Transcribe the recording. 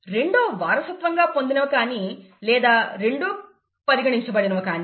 రెండు వారసత్వంగా పొందినవి కానీ లేదా రెండు పరిగణించబడినవి కానీ